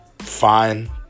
fine